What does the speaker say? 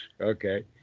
okay